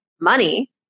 money